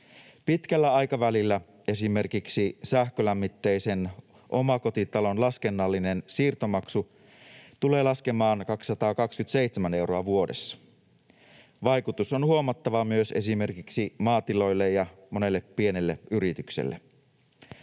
Pitkällä aikavälillä esimerkiksi sähkölämmitteisen omakotitalon laskennallinen siirtomaksu tulee laskemaan 227 euroa vuodessa. Vaikutus on huomattava myös esimerkiksi maatiloille ja monelle pienelle yritykselle.